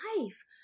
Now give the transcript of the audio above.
life